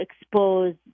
expose